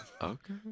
Okay